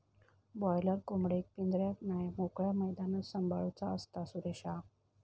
boiler कोंबडेक पिंजऱ्यात नाय मोकळ्या मैदानात सांभाळूचा असता, सुरेशा